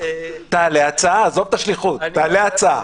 תעלה הצעה, עזוב את השליחות, תעלה הצעה.